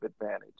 advantage